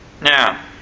Now